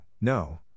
no